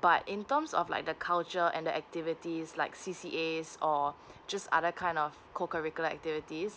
but in terms of like the culture and the activities like C C A or just other kind of co curricular activities